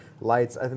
lights